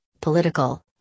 political